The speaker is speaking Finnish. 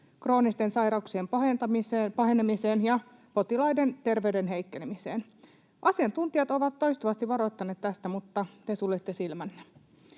kroonisten sairauksien pahenemiseen ja potilaiden terveyden heikkenemiseen. Asiantuntijat ovat toistuvasti varoittaneet tästä, mutta te suljette silmänne.